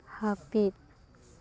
ᱦᱟᱹᱯᱤᱫ